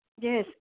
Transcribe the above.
Yes